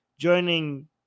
joining